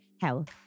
Health